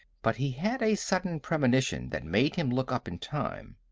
but he had a sudden premonition that made him look up in time.